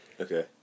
Okay